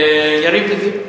יריב לוין?